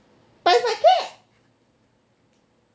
but it's my pet